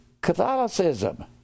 Catholicism